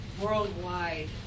worldwide